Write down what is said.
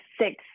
six